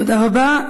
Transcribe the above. תודה רבה.